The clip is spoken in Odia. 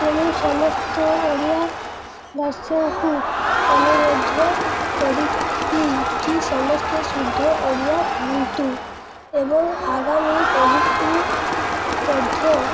ତେଣୁ ସମସ୍ତ ଓଡ଼ିଆବାସୀଙ୍କୁ ଅନୁରୋଧ କରିବି କି ସମସ୍ତେ ଶୁଦ୍ଧ ଓଡ଼ିଆ କୁହନ୍ତୁ ଏବଂ ଆଗାମୀ ପିଢ଼ୀକୁ ମଧ୍ୟ